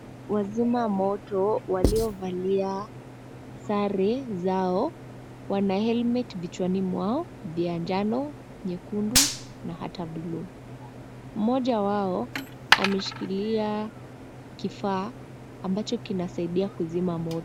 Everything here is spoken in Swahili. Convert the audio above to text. Wazima moto waliovalia sare zao wana helmet vichwani mwao wa njano nyekundu na hata blue Moja wao ameshikilia kifaa ambacho kinasaidia kuzima moto.